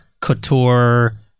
Couture